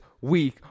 weak